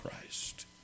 Christ